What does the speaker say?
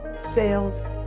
sales